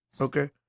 okay